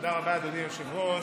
תודה רבה, אדוני היושב-ראש,